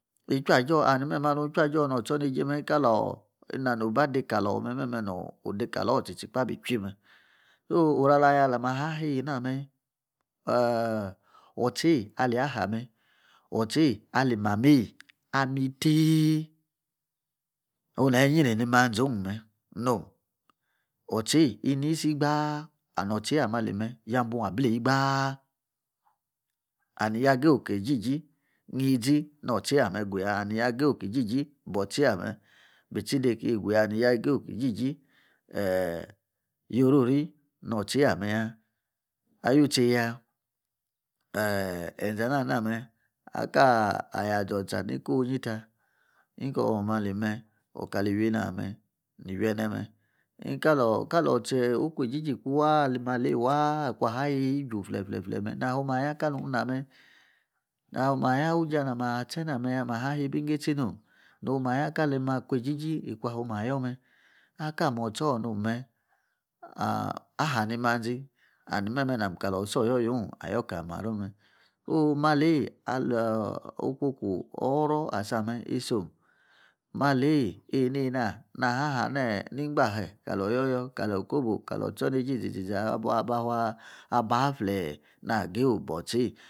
itchui a’ juoor ani me mei alung ichui afoor noor oyso neijei me. i ka loor ina nung obacdei kalor me’ imeme họ dei kaloor abi tchuii me. so, oni ala yoor na mii aheina me'aa- otei e le ya haa mei otsei inyri ni manzeong me’ nom. otsei inisi gbaa- and otsei ama li me yaa bung ablei gbaar and ya ga ye ki zizi gi zi wor otei ame ga ya and yaa gayo ki jiji bor otei ame bi tsidei kiguya and ya gayo'ki jiji ee’ yorori noor otdieiyi ame yaa. ayui tei ya, een enzá na alinar- me! akaa ya yoor tcha ni konyi ta. ikoor omome’ ali me’ awo ki liweinoor ame hi iwi ene me kaloor kaloor atcha oku eijiji iku waa ali ma leiyi waa aya yeiyei ju fle fle fle me’ na yo ma yaa ka lung ina me na yoma yaa. uja na maa tche na me'ya. maa’ heibing ingeitsihom na homa yaa akli makuei jiji ikuha oma yoor me’ aka mo’ otso nom me'. aa’ aha nin manzi. and me’ me’ nam kaloor itsii oyoor yung ayoor dei kali maro me'. oo’ ma lei yi alo okwo ku. oro asa me isom. ma lei eneina aha ne hin gba she'. kalo yoyoor kali okobo kali otso neijei izizi ziza abaa ba ba waa a’ bua flue'. na ga ye oboor etei